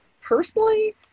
personally